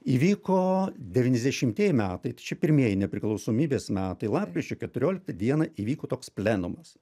įvyko devyniasdešimtieji metai čia pirmieji nepriklausomybės metai lapkričio keturioliktą dieną įvyko toks plenumas